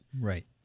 Right